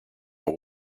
ont